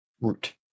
root